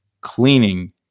cleaning